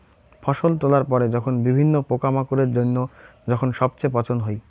ফসল তোলার পরে যখন বিভিন্ন পোকামাকড়ের জইন্য যখন সবচেয়ে পচন হই